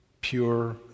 pure